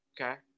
Okay